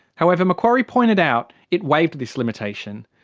however, macquarie pointed out it waived this limitation.